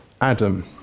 Adam